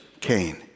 Cain